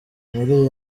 muri